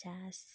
पचास